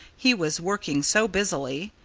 he was working so busily.